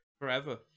forever